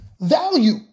value